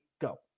Go